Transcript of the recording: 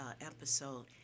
episode